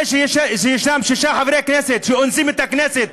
זה שיש שם שישה חברי כנסת שאונסים את הכנסת